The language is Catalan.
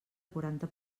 quaranta